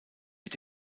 mit